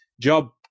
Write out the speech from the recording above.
job